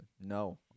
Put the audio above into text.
No